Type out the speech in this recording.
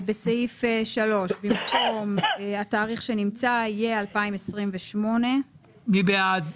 בסעיף 3, במקום התאריך שנמצא יהיה 2028. מי בעד?